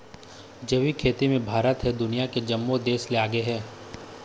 जैविक खेती म भारत ह दुनिया के जम्मो देस ले आगे हे